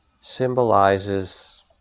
symbolizes